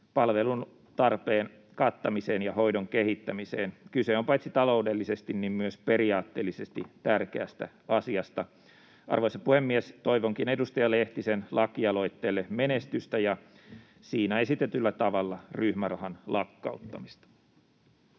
palvelutarpeen kattamiseen ja hoidon kehittämiseen. Kyse on paitsi taloudellisesti niin myös periaatteellisesti tärkeästä asiasta. Arvoisa puhemies! Toivonkin edustaja Lehtisen lakialoitteelle menestystä ja siinä esitetyllä tavalla ryhmärahan lakkauttamista.